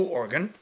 organ